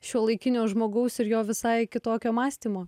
šiuolaikinio žmogaus ir jo visai kitokio mąstymo